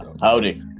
howdy